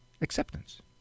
acceptance